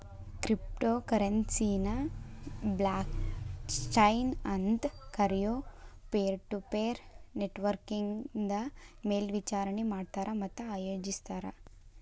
crypto ಕರೆನ್ಸಿನ blockchain ಅಂತ್ ಕರಿಯೊ ಪೇರ್ಟುಪೇರ್ ನೆಟ್ವರ್ಕ್ನಿಂದ ಮೇಲ್ವಿಚಾರಣಿ ಮಾಡ್ತಾರ ಮತ್ತ ಆಯೋಜಿಸ್ತಾರ